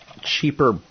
cheaper